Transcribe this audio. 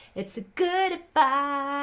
it's the good but